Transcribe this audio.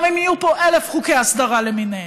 גם אם יהיו פה אלף חוקי הסדרה למיניהם.